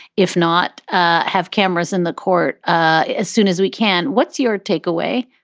if not ah have cameras in the court ah as soon as we can. what's your take away?